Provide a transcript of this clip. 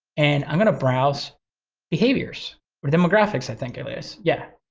and i'm gonna browse behaviors with demographics, i think it is. yeah,